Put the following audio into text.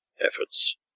efforts